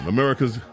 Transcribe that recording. America's